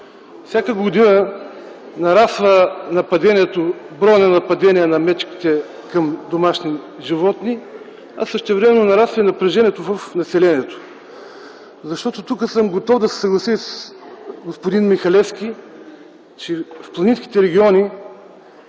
Всяка година нараства броят на нападенията на мечки над домашни животни, същевременно нараства и напрежението в населението. Тук съм готов да се съглася с господин Михалевски, че в планинските региони